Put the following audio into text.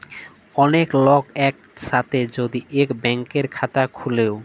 ওলেক লক এক সাথে যদি ইক ব্যাংকের খাতা খুলে ও